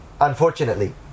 unfortunately